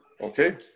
okay